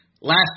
Last